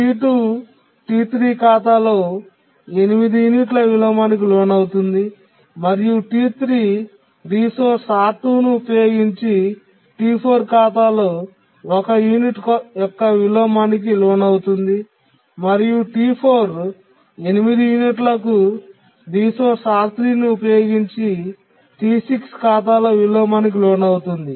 T2 T3 ఖాతాలో 8 యూనిట్ల విలోమానికి లోనవుతుంది మరియు T3 రిసోర్స్ R2 ను ఉపయోగించి T4 ఖాతాలో 1 యూనిట్ యొక్క విలోమానికి లోనవుతుంది మరియు T4 8 యూనిట్లకు రిసోర్స్ R3 ను ఉపయోగించి T6 ఖాతాలో విలోమానికి లోనవుతుంది